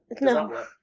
No